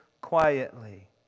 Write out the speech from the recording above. quietly